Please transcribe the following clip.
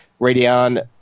Radeon